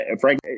Frank